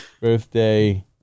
Birthday